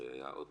הרי היה שוב,